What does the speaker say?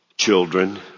Children